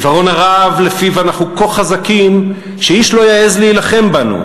עיוורון הרהב שלפיו אנחנו כה חזקים שאיש לא יעז להילחם בנו,